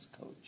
coach